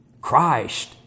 Christ